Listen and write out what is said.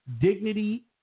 dignity